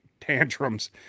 tantrums